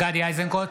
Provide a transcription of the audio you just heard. איזנקוט,